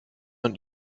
man